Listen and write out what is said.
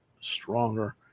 stronger